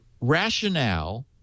rationale